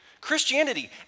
Christianity